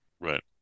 Right